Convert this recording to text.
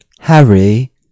harry